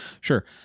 Sure